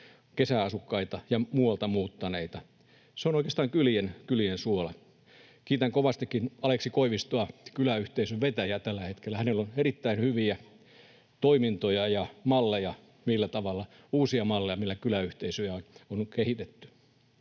kesäasukkaita ja muualta muuttaneita? Se on oikeastaan kylien suola. Kiitän kovastikin Aleksi Koivistoa — kyläyhteisön vetäjä tällä hetkellä. Hänellä on erittäin hyviä toimintoja ja uusia malleja, millä kyläyhteisöjä on kehitetty.